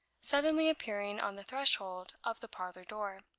suddenly appearing on the threshold of the parlor door.